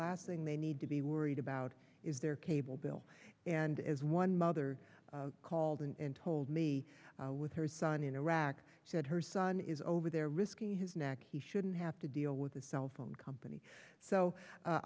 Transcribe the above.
last thing they need to be worried about is their cable bill and as one mother called and told me with her son in iraq she said her son is over there risking his neck he shouldn't have to deal with a cell phone company